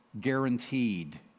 guaranteed